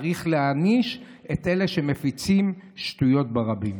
צריך להעניש את אלה שמפיצים שטויות ברבים.